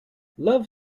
love